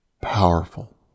powerful